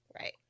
Right